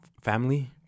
Family